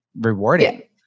rewarding